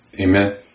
Amen